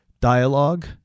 dialogue